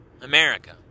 America